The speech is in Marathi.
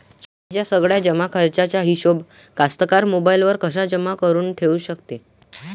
शेतीच्या सगळ्या जमाखर्चाचा हिशोब कास्तकार मोबाईलवर कसा जमा करुन ठेऊ शकते?